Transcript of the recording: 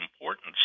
importance